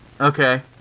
Okay